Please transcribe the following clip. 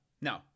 No